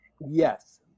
Yes